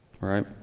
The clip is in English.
right